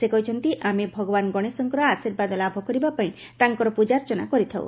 ସେ କହିଛନ୍ତି ଆମେ ଭଗବାନ ଗଣେଶଙ୍କର ଆଶୀର୍ବାଦ ଲାଭ କରିବା ପାଇଁ ତାଙ୍କର ପ୍ରଜାର୍ଚ୍ଚନା କରିଥାଉ